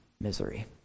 misery